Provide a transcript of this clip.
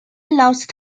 lost